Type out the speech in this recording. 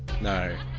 No